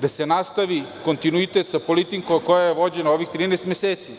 da se nastavi kontinuitet sa politikom koja je vođena u ovih 13 meseci.